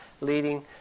leading